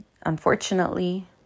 unfortunately